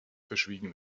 verschwiegen